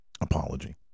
apology